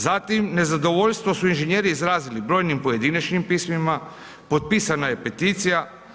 Zatim, nezadovoljstvo su inženjeri izrazili brojnim pojedinačnim pismima, potpisana je peticija.